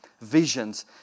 Visions